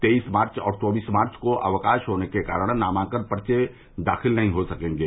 तेईस मार्च और चौकीस मार्च को अवकाश होने के कारण नामांकन पर्चे दाखिल नहीं हो सकेंगे